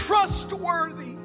trustworthy